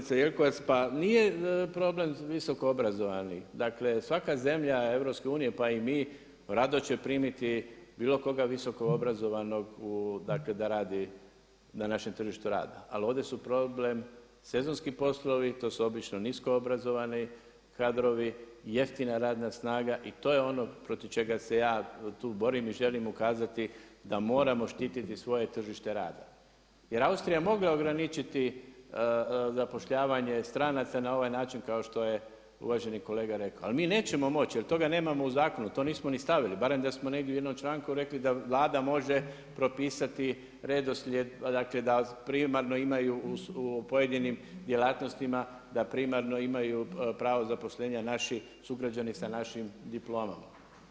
Uvažena zastupnice Jelkovac, pa nije problem visoko obrazovanih, dakle svaka zemlja EU, pa i mi rado će primiti bilo koga visoko obrazovanog da radi na našem tržištu rada, ali ovdje su problem sezonski poslovi, to su obično nisko obrazovani kadrovi, jeftina radna snaga i to je ono protiv čega se ja tu borim i želim ukazati da moramo štiti svoje tržište rada, jer Austrija je mogla ograničiti zapošljavanje stranaca na ovaj način kao što je uvaženi kolega rekao, ali mi nećemo moći, jer toga nemamo u zakonu, to nismo ni stavili, barem da smo negdje u jednom članku rekli da Vlada može propisati redoslijed, da primarno imaju u pojedinim djelatnostima pravo zaposlenja naši sugrađani sa našim diplomama.